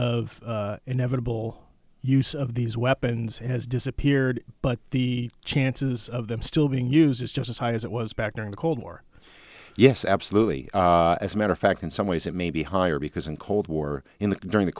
of inevitable use of these weapons it has disappeared but the chances of them still being news is just as high as it was back during the cold war yes absolutely as a matter of fact in some ways it may be higher because in cold war in the during the